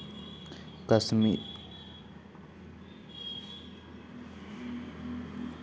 अनाज के आयत निर्यात के काम भी एकरा में कईल जाला